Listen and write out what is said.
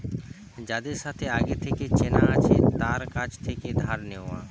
যাদের সাথে আগে থেকে চেনা আছে তার কাছ থেকে ধার নেওয়া